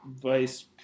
Vice